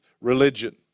religion